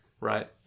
Right